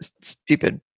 stupid